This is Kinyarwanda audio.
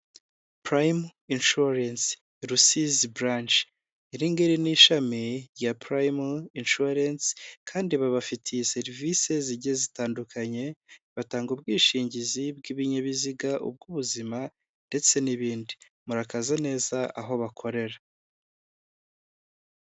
Insurance, Rusizi branch, iringiri ni ishami rya Prime insurance, kandi babafitiye serivisi zigiye zitandukanye, batanga ubwishingizi bw'ibinyabiziga, ubw'ubuzima, ndetse n'ibindi, murakaza neza aho bakorera.